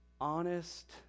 honest